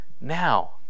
now